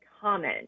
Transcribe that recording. common